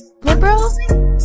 liberal